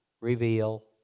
reveal